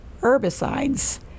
herbicides